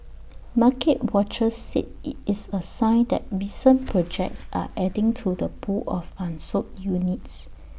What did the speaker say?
market watchers said IT is A sign that recent projects are adding to the pool of unsold units